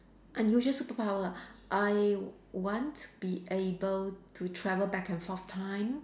unusual superpower ah I want to be able to travel back and forth time